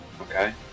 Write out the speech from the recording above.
Okay